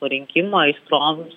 rinkimų aistroms